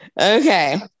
Okay